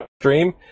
stream